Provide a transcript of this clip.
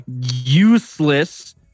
useless